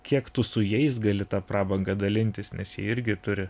kiek tu su jais gali ta prabanga dalintis nes jie irgi turi